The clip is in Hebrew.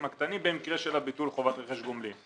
הקטנים במקרה של ביטול חובת רכש גומלין,